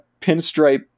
pinstripe